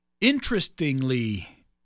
interestingly